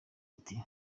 ati